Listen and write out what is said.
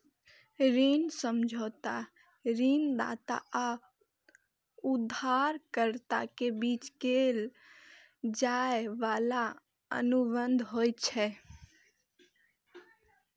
ऋण समझौता ऋणदाता आ उधारकर्ता के बीच कैल जाइ बला अनुबंध होइ छै